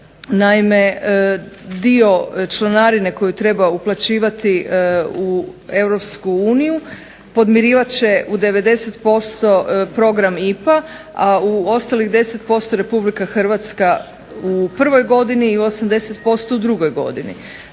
Naime, dio članarine koju treba uplaćivati u EU podmirivat će u 90% program IPA, a u ostalih 10% RH u prvoj godini i 80% u drugoj godini.